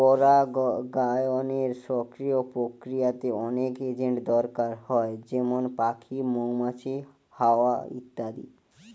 পরাগায়নের সক্রিয় প্রক্রিয়াতে অনেক এজেন্ট দরকার হয় যেমন পাখি, মৌমাছি, হাওয়া ইত্যাদি